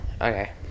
Okay